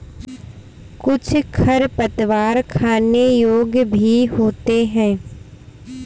कुछ खरपतवार खाने योग्य भी होते हैं